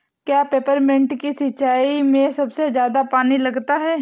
क्या पेपरमिंट की सिंचाई में सबसे ज्यादा पानी लगता है?